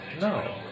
No